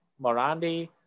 Morandi